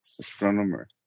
astronomer